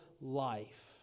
life